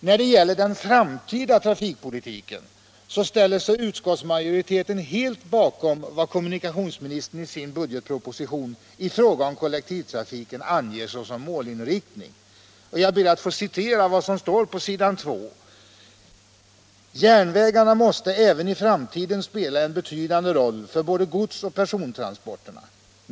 När det gäller den framtida trafikpolitiken ställer sig utskottsmajoriteten helt bakom vad kommunikationsministern i budgetpropositionens bil. 9 anger såsom målinriktning i fråga om kollektivtrafiken. Jag ber att få citera vad som där står på s. 2: ”Järnvägarna måste även i framtiden spela en betydande roll för både godsoch persontransporterna.